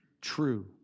true